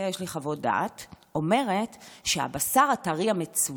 יש לי חוות דעת שאומרת שהבשר המצונן